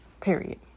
Period